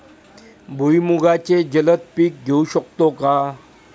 भुईमुगाचे जलद पीक घेऊ शकतो का?